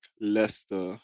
Leicester